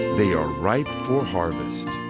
they are ripe for harvest